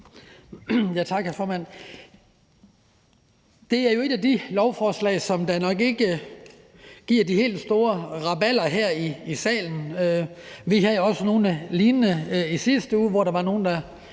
Det er et af de lovforslag, der nok ikke giver det helt store rabalder her i salen. Vi havde jo også nogle lignende i sidste uge, hvor der var nogle, der